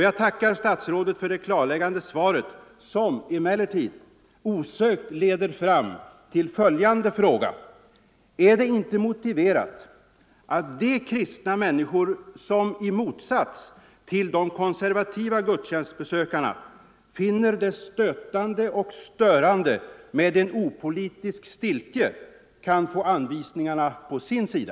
Jag tackar statsrådet för det klarläggande svaret, som emellertid osökt leder fram till följande fråga: Är det inte motiverat att de kristna människor som, i motsats till de konservativa gudstjänstbesökarna, finner det stötande och störande med opolitisk stiltje kan få anvisningarna på sin sida?